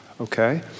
okay